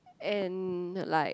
and like